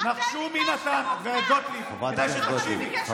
אתם ביקשתם ארכה